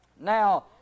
now